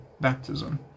baptism